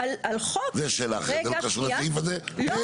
זה שלך, זה לא קשור לסעיף הזה.